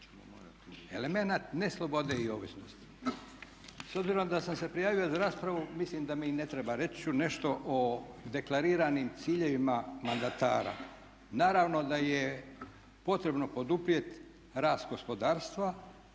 elemenat neslobode i ovisnosti. S obzirom da sam se prijavio za raspravu mislim da me i ne treba. Reći ću nešto o deklariranim ciljevima mandatara. Naravno da je potrebno poduprijeti rast gospodarstva,